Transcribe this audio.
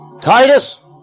Titus